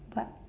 but